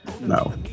No